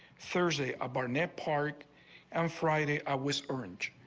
thursday a barnett park and friday i was orange.